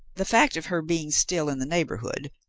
the fact of her being still in the neighbourhood,